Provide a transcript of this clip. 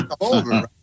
over